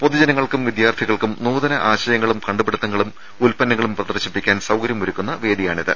പൊതുജനങ്ങൾക്കും വിദ്യാർഥികൾക്കും നൂതന ആശയങ്ങളും കണ്ടുപിടിത്തങ്ങളും ഉൽപന്നങ്ങളും പ്രദർശിപ്പിക്കാൻ സൌകര്യമൊ രുക്കുന്ന വേദിയാണിത്